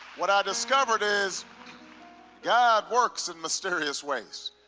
what i discovered is god works in mysterious ways.